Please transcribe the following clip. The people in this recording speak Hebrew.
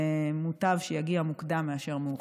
ומוטב שיגיע מוקדם מאשר מאוחר.